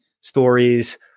stories